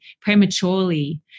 prematurely